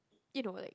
you know like